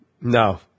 No